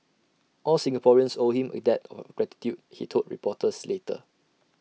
all Singaporeans owe him A debt of gratitude he told reporters later